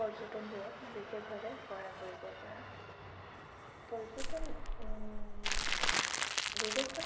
পৰ্যটনবোৰক বিশেষভাৱে সহায় কৰিব পৰা পৰ্যটন বিদেশত